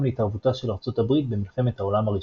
להתערבותה של ארצות הברית במלחמת העולם הראשונה.